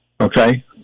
okay